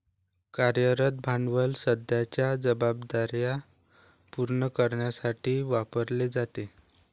कार्यरत भांडवल सध्याच्या जबाबदार्या पूर्ण करण्यासाठी वापरले जाते